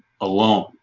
alone